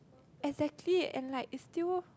exactly and like is still